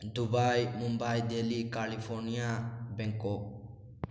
Dubai Mumbai Delhi California Bangkok